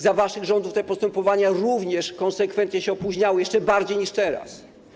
Za waszych rządów te postępowania również konsekwentnie się opóźniały, jeszcze bardziej niż teraz.